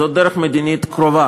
אנחנו צריכים לקבוע.